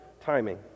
timing